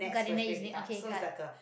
gardenia e_z-link ok card